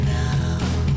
now